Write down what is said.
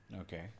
Okay